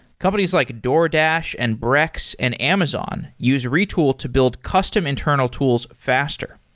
companies like a doordash, and brex, and amazon use retool to build custom internal tools faster.